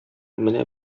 менә